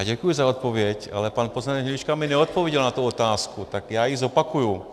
Děkuji za odpověď, ale pan poslanec Hnilička mi neodpověděl na otázku, tak já ji zopakuji.